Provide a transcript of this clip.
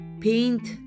paint